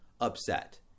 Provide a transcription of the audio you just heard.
upset